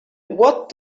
what